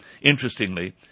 interestingly